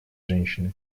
женщины